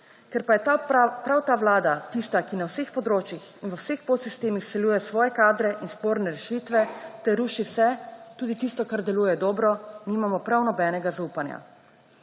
Ker pa je prav ta vlada tista, ki na vseh področjih in v vseh podsistemih vsiljuje svoje kadre in sporne rešitve ter ruši vse, tudi tisto, kar deluje dobro, nimamo prav nobenega zaupanja.